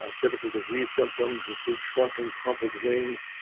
ah typical disease symptoms include shrunken crumpled wings,